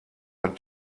ein